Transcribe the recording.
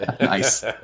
nice